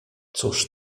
cóż